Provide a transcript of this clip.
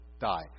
die